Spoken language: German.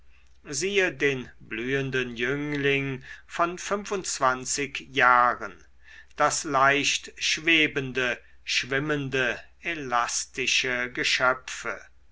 siehe den blühenden jüngling von jahren das leichtschwebende schwimmende elastische geschöpfe